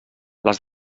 les